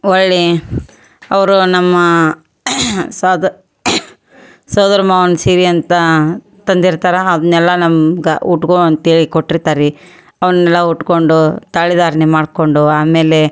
ಹೊಳ್ಳೀ ಅವರು ನಮ್ಮ ಸೋದ್ ಸೋದ್ರ ಮಾವನ ಸೀರೆ ಅಂತ ತಂದಿರ್ತಾರೆ ಅದನ್ನೆಲ್ಲ ನಮ್ಗೆ ಉಟ್ಕೋ ಅಂತೇಳಿ ಕೊಟ್ಟಿರ್ತಾರೆ ರೀ ಅವನ್ನೆಲ್ಲ ಉಟ್ಟುಕೊಂಡು ತಾಳಿಧಾರ್ಣೆ ಮಾಡಿಕೊಂಡು ಆಮೇಲೆ